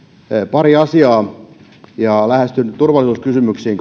pari asiaa liittyen turvallisuuskysymyksiin